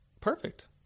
perfect